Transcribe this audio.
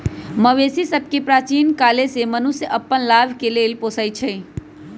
मवेशि सभके प्राचीन काले से मनुष्य अप्पन लाभ के लेल पोसइ छै